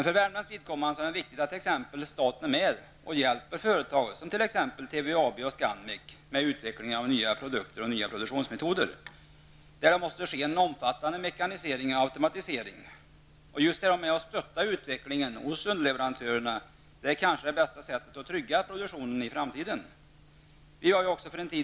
För Värmlands vidkommande är det nu viktigt att t.ex. staten är med och hjälper företag som TVAB och Scanmek med utvecklingen av nya produkter och nya produktionsmetoder där det måste ske en omfattande mekanisering och automatisering. Att vara med och stötta utvecklingen hos underleverantörerna är kanske det bästa sättet att trygga produktionen i framtiden.